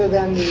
than